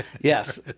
Yes